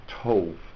Tov